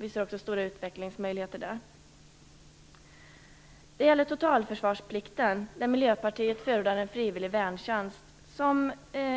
Vi ser också stora utvecklingsmöjligheter där. När det gäller totalförsvarsplikten förordar Miljöpartiet en frivillig värntjänst